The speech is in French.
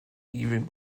event